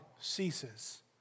ceases